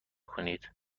کنید